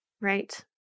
Right